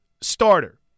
starter